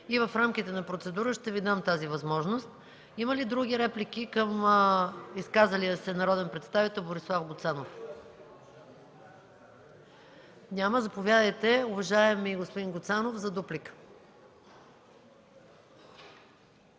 и в рамките на процедура ще Ви дам тази възможност. Има ли други реплики към изказалия се народен представител Борислав Гуцанов? Няма. Заповядайте, уважаеми господин Гуцанов, за дуплика.